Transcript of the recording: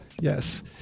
yes